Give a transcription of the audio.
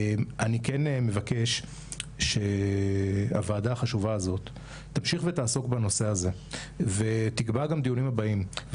הזכות לבחור את ההליך הרפואי והזכות לעבור הליכים רפואיים ללא כאב